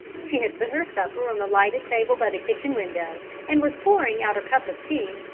she had put her supper on the lighted table by the kitchen window and was pouring out her cup of tea,